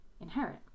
inherit